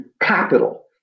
capital